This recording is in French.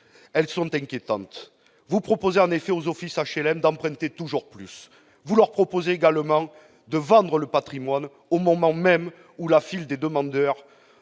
elles sont inquiétantes. Vous proposez en effet aux offices HLM d'emprunter toujours plus. Vous leur proposez également de vendre le patrimoine, au moment même où la file des demandeurs